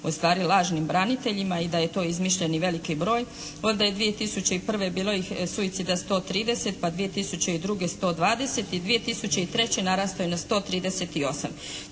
ustvari lažnim braniteljima i da je to izmišljeni veliki broj, onda je 2001. bilo suicida 130, pa 2002. 120 i 2003. narastao je na 138.